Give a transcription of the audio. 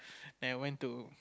and I went to